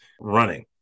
running